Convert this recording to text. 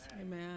Amen